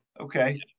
Okay